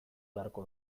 beharko